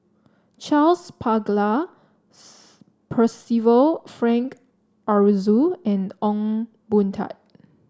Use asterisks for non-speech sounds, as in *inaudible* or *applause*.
Charles Paglar *unintelligible* Percival Frank Aroozoo and Ong Boon Tat